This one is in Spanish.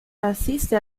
asiste